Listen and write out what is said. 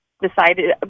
decided